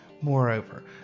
moreover